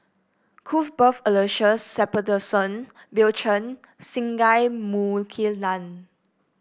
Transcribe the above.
Cuthbert Aloysius Shepherdson Bill Chen Singai Mukilan